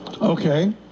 Okay